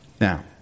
Now